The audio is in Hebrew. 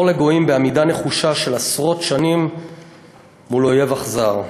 אור לגויים בעמידה נחושה של עשרות שנים מול אויב אכזר.